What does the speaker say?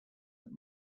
that